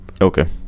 Okay